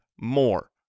more